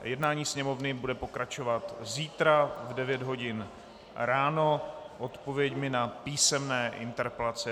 Jednání Sněmovny bude pokračovat zítra v 9 hodin ráno odpověďmi na písemné interpelace.